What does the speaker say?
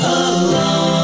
alone